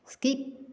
skip